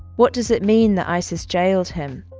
what does it mean that isis jailed him?